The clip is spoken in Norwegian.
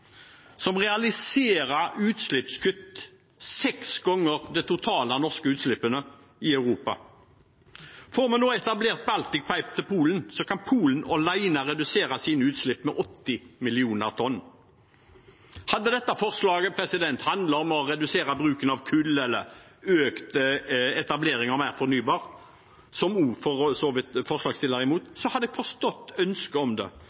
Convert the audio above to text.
Får vi nå etablert Baltic Pipe til Polen, kan Polen alene redusere sine utslipp med 80 millioner tonn. Hadde dette forslaget handlet om å redusere bruken av kull eller økt etablering av mer fornybar energi, som forslagsstillerne for så vidt også er imot, hadde jeg forstått ønsket om det.